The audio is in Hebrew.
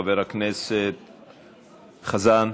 חבר הכנסת חזן.